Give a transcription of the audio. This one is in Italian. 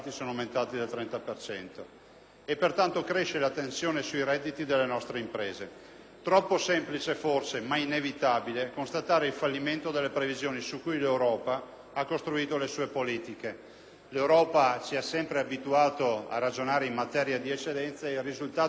e pertanto cresce la tensione sui redditi delle nostre imprese. Troppo semplice, forse, ma inevitabile constatare il fallimento delle previsioni su cui l'Europa ha costruito le sue politiche. L'Europa ci ha sempre abituati a ragionare in materia di eccedenze e il risultato di questa sgangherata